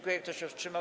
Kto się wstrzymał?